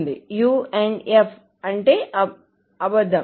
u AND f అంటే అబద్ధం